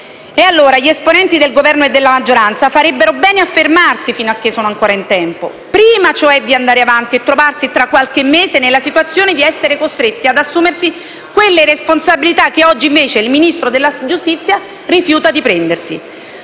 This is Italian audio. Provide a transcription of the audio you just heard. Allora gli esponenti del Governo e della maggioranza farebbero bene a fermarsi fino a che sono ancora in tempo, prima, cioè, di andare avanti e trovarsi tra qualche mese nella situazione di essere costretti ad assumersi quelle responsabilità che oggi invece il Ministro della giustizia rifiuta di prendersi.